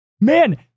Man